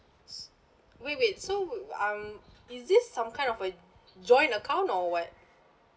s~ wait wait so um is this some kind of a joint account or what